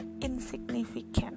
insignificant